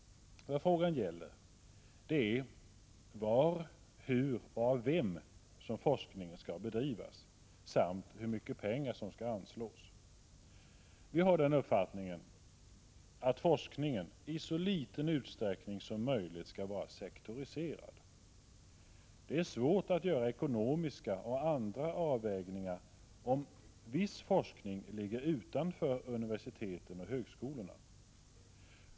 Vad frågan gäller är var, hur och av vem som forskningen skall bedrivas, samt hur mycket pengar som skall anslås. Vi har den uppfattningen att forskningen i så liten utsträckning som möjligt skall vara sektoriserad. Det är svårt att göra ekonomiska och andra avvägningar, om viss forskning ligger utanför universiteten och högskolorna.